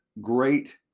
great